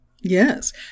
Yes